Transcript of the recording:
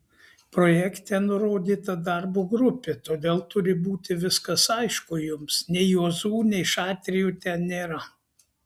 projekte nurodyta darbo grupė todėl turi būti viskas aišku jums nei juozų nei šatrijų ten nėra